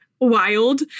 Wild